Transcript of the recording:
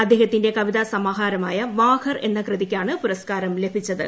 അദ്ദേഹത്തിന്റെ കവിതാ സമാഹാരമായ വാഘർ എന്ന കൃതിക്കാണ് പുരസ്ക്കാരം ലഭിച്ചത്